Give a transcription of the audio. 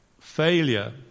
failure